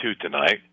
tonight